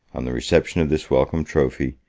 on the reception of this welcome trophy,